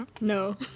No